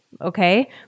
okay